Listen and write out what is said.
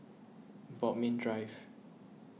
Bodmin Drive